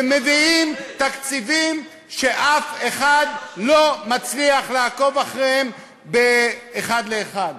ומביאים תקציבים שאף אחד לא מצליח לעקוב אחריהם אחד לאחד.